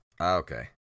Okay